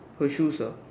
her shoes ah